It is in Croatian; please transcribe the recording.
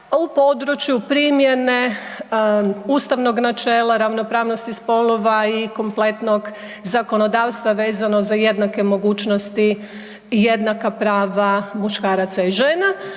u području primjene ustavnog načela ravnopravnosti spolova i kompletnog zakonodavstva vezano za jednake mogućnosti, jednaka prava muškaraca i žena,